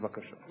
בבקשה.